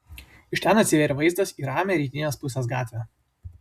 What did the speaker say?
iš ten atsivėrė vaizdas į ramią rytinės pusės gatvę